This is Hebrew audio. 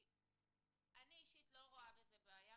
אני אישית לא רואה בזה בעיה.